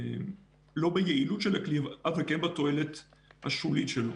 לא ביעילות של הכלי, אבל כן בתועלת השולית שלו,